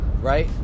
right